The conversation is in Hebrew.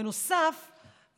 בנוסף,